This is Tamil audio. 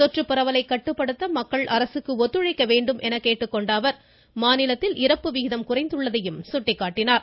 தொற்றுப்பரவலைக் கட்டுப்படுத்த மக்கள் அரசுக்கு ஒத்துழைக்க வேண்டும் என கேட்டுக்கொண்ட மாநிலத்தில் இறப்பு விகிதம் குறைந்துள்ளதையும் அவர் சுட்டிக்காட்டினார்